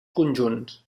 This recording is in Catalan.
conjunts